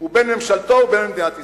וממשלתו ובין מדינת ישראל.